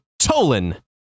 Tolan